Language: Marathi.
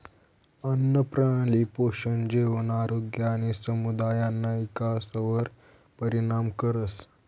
आन्नप्रणाली पोषण, जेवण, आरोग्य आणि समुदायना इकासवर परिणाम करस